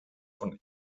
von